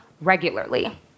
regularly